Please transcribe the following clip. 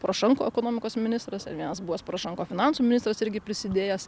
porošenko ekonomikos ministras ir vienas buvęs porošenko finansų ministras irgi prisidėjęs